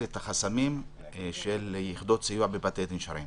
את החסמים של יחידות סיוע בבתי הדין השרעיים.